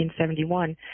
1971